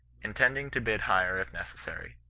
intending to bid higher if neces sary.